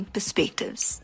Perspectives